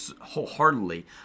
wholeheartedly